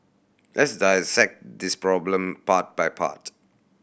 let's dissect this problem part by part